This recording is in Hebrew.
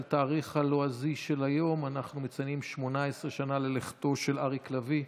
בתאריך הלועזי של היום אנחנו מציינים 18 ללכתו של אריק לביא,